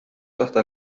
hasta